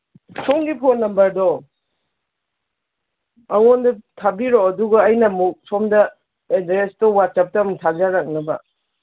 ꯁꯣꯝꯒꯤ ꯐꯣꯟ ꯅꯝꯕꯔꯗꯣ ꯑꯩꯉꯣꯟꯗ ꯊꯥꯕꯤꯔꯛꯑꯣ ꯑꯗꯨꯒ ꯑꯩꯅ ꯑꯃꯨꯛ ꯁꯣꯝꯗ ꯑꯦꯗ꯭ꯔꯦꯁꯇꯣ ꯋꯥꯆꯞꯇ ꯑꯃꯨꯛ ꯊꯥꯖꯔꯛꯅꯕ